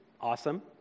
Awesome